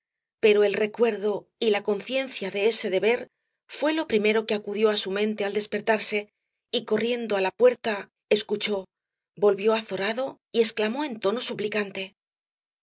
pero el recuerdo y la conciencia de ese deber fué lo primero que acudió á su mente al despertarse y corriendo á la puerta escuchó volvió azorado y exclamó en tono suplicante